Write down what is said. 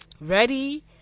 Ready